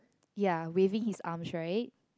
ya waving his arms right